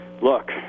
look